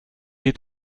est